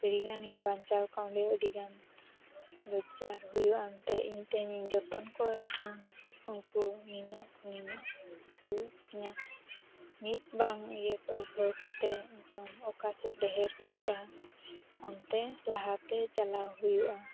ᱟᱹᱰᱤ ᱜᱟᱱᱤᱧ ᱵᱟᱧᱪᱟᱣ ᱠᱟᱣᱨᱮ ᱟᱹᱰᱤᱜᱟᱱ ᱨᱚᱡᱽᱜᱟᱨ ᱦᱩᱭᱩᱜᱼᱟ ᱚᱱᱟᱛᱮ ᱤᱧ ᱛᱮᱦᱮᱧ ᱤᱧ ᱡᱚᱛᱚᱱ ᱠᱚ ᱠᱷᱟᱱ ᱩᱱᱠᱩ ᱱᱤᱱᱟᱹᱜ ᱠᱷᱚᱱ ᱱᱤᱱᱟᱹᱜ ᱠᱚ ᱦᱩᱭᱩᱜ ᱛᱤᱧᱟᱹ ᱢᱤᱫᱼᱵᱟᱨ ᱤᱭᱟᱹ ᱠᱚ ᱩᱫᱽᱜᱟᱹᱣ ᱠᱟᱛᱮᱫ ᱮᱠᱫᱚᱢ ᱚᱠᱟ ᱥᱮᱫ ᱰᱷᱮᱨ ᱦᱩᱭᱩᱜᱼᱟ ᱚᱱᱛᱮ ᱞᱟᱦᱟᱛᱮ ᱪᱟᱞᱟᱣ ᱦᱩᱭᱩᱜᱼᱟ